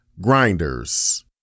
Grinders